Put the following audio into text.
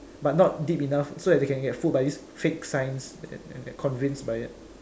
but not deep enough so that they can get fooled by this fake science and get convinced by it